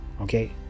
Okay